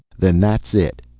then that's it.